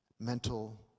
mental